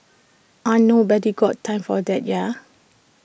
aren't nobody's got time for that ya